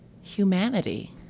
humanity